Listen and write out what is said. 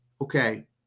okay